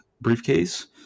Briefcase